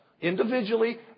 individually